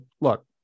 look